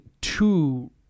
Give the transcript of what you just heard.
two